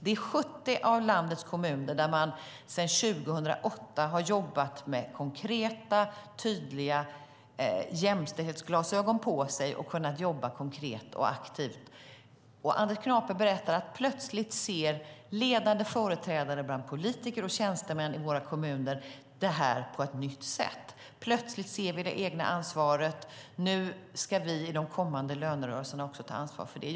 I 70 av landets kommuner har man sedan 2008 jobbat med konkreta, tydliga jämställdhetsglasögon på sig och har kunnat jobba konkret och aktivt. Anders Knape berättade att ledande företrädare bland politiker och tjänstemän i våra kommuner plötsligt ser detta på ett nytt sätt: Plötsligt ser vi det egna ansvaret. Nu ska vi i den kommande lönerörelsen också ta ansvar för det.